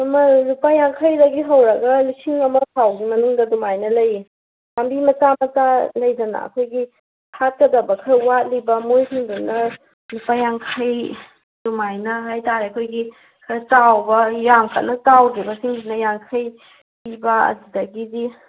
ꯃꯃꯜ ꯂꯨꯄꯥ ꯌꯥꯡꯈꯩꯗꯒꯤ ꯍꯧꯔꯒ ꯂꯤꯁꯤꯡ ꯑꯃ ꯐꯥꯎꯒꯤ ꯃꯅꯨꯡꯗ ꯑꯗꯨꯃꯥꯏꯅ ꯂꯩꯌꯦ ꯄꯥꯝꯕꯤ ꯃꯆꯥ ꯃꯆꯥ ꯂꯩꯗꯅ ꯑꯩꯈꯣꯏꯒꯤ ꯁꯥꯠꯀꯗꯕ ꯈꯔ ꯋꯥꯠꯂꯤꯕ ꯃꯈꯣꯏꯁꯤꯡꯗꯨꯅ ꯂꯨꯄꯥ ꯌꯥꯡꯈꯩ ꯑꯗꯨꯃꯥꯏꯅ ꯍꯥꯏꯇꯔꯦ ꯑꯩꯈꯣꯏꯒꯤ ꯈꯔ ꯆꯥꯎꯕ ꯌꯥꯝ ꯀꯟꯅ ꯆꯥꯎꯗꯕꯁꯤꯡꯗꯨꯅ ꯌꯥꯡꯈꯩ ꯄꯤꯕ ꯑꯗꯨꯗꯒꯤꯗꯤ